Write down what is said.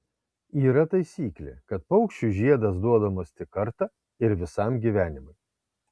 yra taisyklė kad paukščiui žiedas duodamas tik kartą ir visam gyvenimui